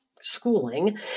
schooling